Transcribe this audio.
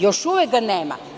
Još uvek ga nema.